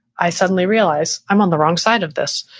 i suddenly realize i'm on the wrong side of this.